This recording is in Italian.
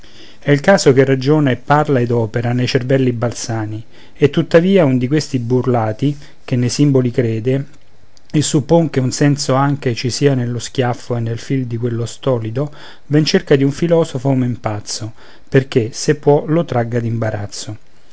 è il caso che ragiona e parla ed opera nei cervelli balzani e tuttavia un di questi burlati che nei simboli crede e suppon che un senso anche ci sia nello schiaffo e nel fil di quello stolido va in cerca di un filosofo men pazzo perché se può lo tragga